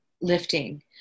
lifting